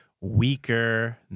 weaker